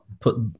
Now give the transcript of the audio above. put